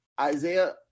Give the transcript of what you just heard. Isaiah